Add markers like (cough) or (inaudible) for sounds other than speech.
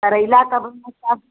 करेला कब (unintelligible)